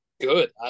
good